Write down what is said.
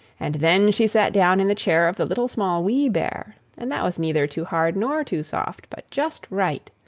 and then she sat down in the chair of the little, small, wee bear, and that was neither too hard nor too soft, but just right.